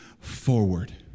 forward